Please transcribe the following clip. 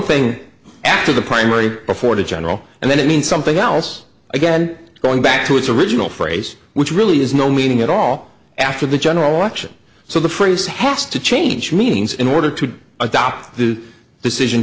thing after the primary before the general and then it means something else again going back to its original phrase which really has no meaning at all after the general election so the phrase has to change meanings in order to adopt the decision